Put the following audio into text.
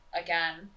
again